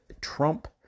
Trump